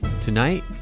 Tonight